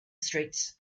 streets